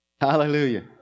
hallelujah